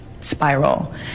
spiral